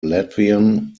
latvian